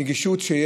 בנגישות,